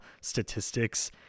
statistics